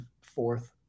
fourth